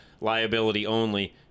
liability-only